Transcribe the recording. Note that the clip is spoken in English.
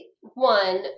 one